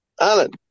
Alan